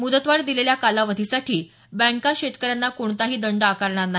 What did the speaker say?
मुदतवाढ दिलेल्या कालावधीसाठी बँका शेतकऱ्यांना कोणताही दंड आकारणार नाही